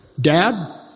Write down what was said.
Dad